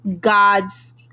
God's